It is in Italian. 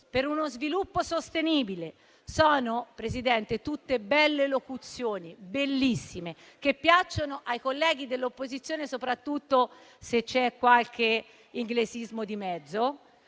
per uno sviluppo sostenibile. Signor Presidente, sono tutte belle locuzioni, bellissime, che piacciono ai colleghi dell'opposizione, soprattutto se c'è qualche inglesismo di mezzo,